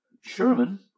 Sherman